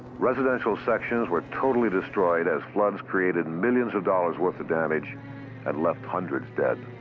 residential sections were totally destroyed as floods created and millions of dollars worth of damage and left hundreds dead.